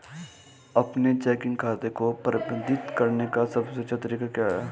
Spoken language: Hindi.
अपने चेकिंग खाते को प्रबंधित करने का सबसे अच्छा तरीका क्या है?